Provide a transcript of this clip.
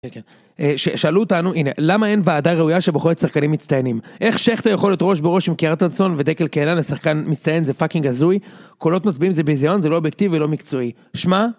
שאלו אותנו הנה למה אין ועדה ראויה שבוחרת שחקנים מצטיינים. איך שכטר יכול להיות ראש בראש עם קרטנצון ודקל קהלן השחקן המצטיין, זה פאקינג הזוי. קולות מצביעים זה ביזיון זה לא אובייקטיבי ולא מקצועי.